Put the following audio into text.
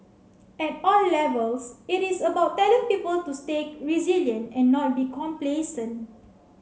at all levels it is about telling the people to stay resilient and not be complacent